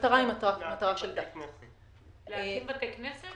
להקים בתי כנסת?